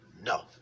No